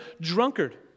drunkard